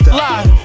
live